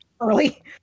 early